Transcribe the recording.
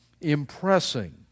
impressing